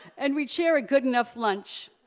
and we'd share a good enough lunch.